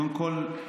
קודם כול,